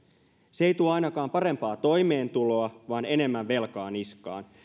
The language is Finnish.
se ei tuo ainakaan parempaa toimeentuloa vaan enemmän velkaa niskaan